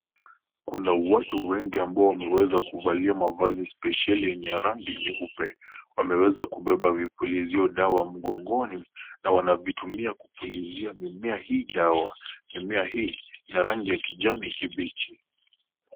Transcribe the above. Kuna watu wengi ambao wameweza kuvalia mavazi spesheli yenye ya rangi ya nyeupe . Wameweza kubeba vipulizio dawa mgongoni na wanaweza kupulizia mimea hii dawa. Mimea hii ina rangi ya kijani kibichi.